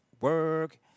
Work